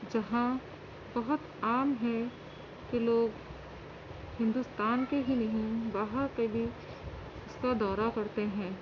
جہاں بہت عام ہے کہ لوگ ہندوستان کے ہی نہیں باہر کے بھی اس کا دورہ کرتے ہیں